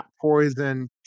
poison